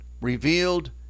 revealed